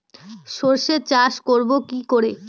সর্ষে চাষ করব কি করে?